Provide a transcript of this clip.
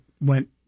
went